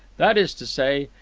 that is to say,